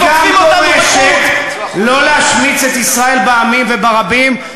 אבל גם דורשת לא להשמיץ את ישראל בעמים וברבים,